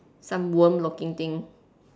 some worm looking thing